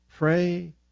Pray